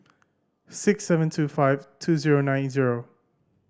six seven two five two zero nine zero